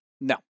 No